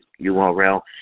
URL